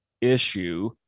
issue